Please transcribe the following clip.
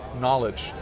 knowledge